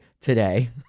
today